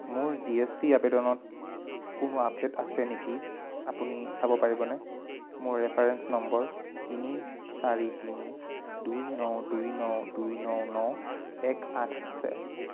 মোৰ G S T আবেদনত কোনো আপডেট আছে নেকি আপুনি চাব পাৰিবনে মোৰ ৰেফাৰেন্স নম্বৰ তিনি চাৰি তিনি দুই ন দুই ন দুই ন ন এক আঠ আছে